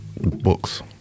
Books